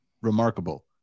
remarkable